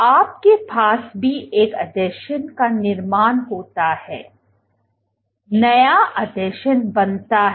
आपके पास भी एक आसंजन का निर्माण होता है नया आसंजन बनता है